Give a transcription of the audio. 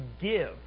give